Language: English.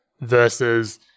versus